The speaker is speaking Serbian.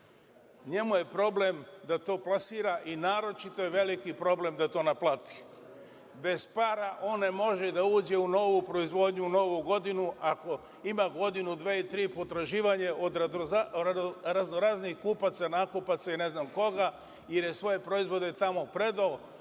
NJemu je problem da to plasira i naročito je veliki problem da to naplati. Bez para on ne može da uđe u novu proizvodnju, u novu godinu, ako ima godinu, dve, tri potraživanje od raznoraznih kupaca, nakupaca i ne znam koga, jer je svoje proizvode tamo predao,